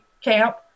camp